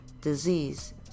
disease